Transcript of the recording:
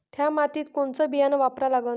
थ्या मातीत कोनचं बियानं वापरा लागन?